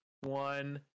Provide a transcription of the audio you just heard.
one